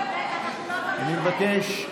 אני מבקש.